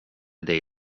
dig